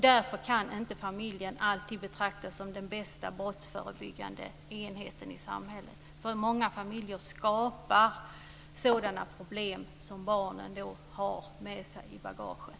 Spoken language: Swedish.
Därför kan inte familjen alltid betraktas som den bästa brottsförebyggande enheten i samhället, för många familjer skapar sådana problem som barnen sedan får med sig i bagaget.